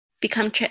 become